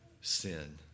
sin